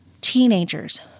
Teenagers